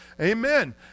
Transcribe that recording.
Amen